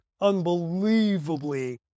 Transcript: unbelievably